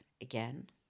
again